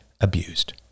abused